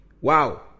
wow